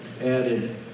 added